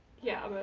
yeah,